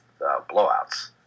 blowouts